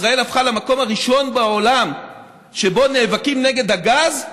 ישראל הפכה למקום הראשון בעולם שבו נאבקים נגד הגז,